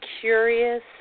curious